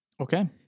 Okay